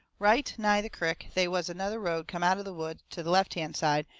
right nigh the crick they was another road come out of the woods to the left-hand side,